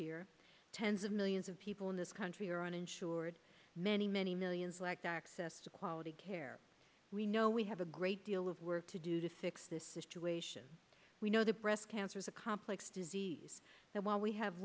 year tens of millions of people in this country are uninsured many many millions like to access to quality care we know we have a great deal of work to do to fix this situation we know the breast cancer is a complex disease that while we have